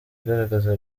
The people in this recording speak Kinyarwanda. igaragaza